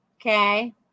Okay